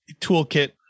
toolkit